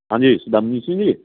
ਹਾਂਜੀ ਸਵਰਜੀਤ ਸਿੰਘ ਜੀ